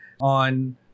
on